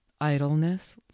Idleness